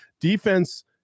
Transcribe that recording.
Defense –